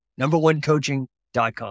Numberonecoaching.com